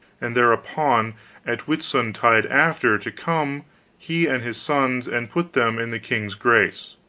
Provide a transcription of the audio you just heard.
and thereupon at whitsuntide after, to come he and his sons, and put them in the king's grace.